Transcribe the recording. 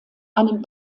einen